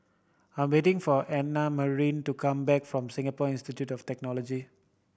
I'm waiting for Annamarie to come back from Singapore Institute of Technology